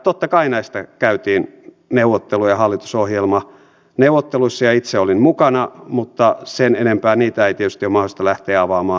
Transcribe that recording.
totta kai näistä käytiin neuvotteluja hallitusohjelmaneuvotteluissa ja itse olin mukana mutta sen enempää niitä ei tietysti ole mahdollista lähteä avaamaan